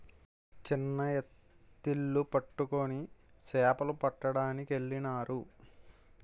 చిన్న ఎత్తిళ్లు పట్టుకొని సేపలు పట్టడానికెళ్ళినారు